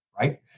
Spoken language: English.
right